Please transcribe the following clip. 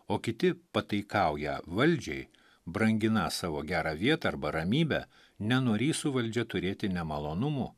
o kiti pataikauja valdžiai branginą savo gerą vietą arba ramybę nenorį su valdžia turėti nemalonumų